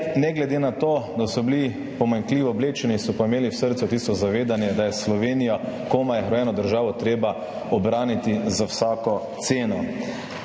Ne glede na to, da so bili pomanjkljivo oblečeni, so pa imeli v srcu tisto zavedanje, da je Slovenijo, komaj rojeno državo, treba ubraniti za vsako ceno.